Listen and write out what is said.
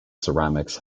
ceramics